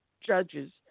judges